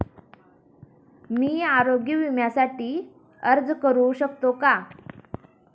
मी आरोग्य विम्यासाठी अर्ज करू शकतो का?